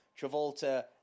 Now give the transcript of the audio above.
Travolta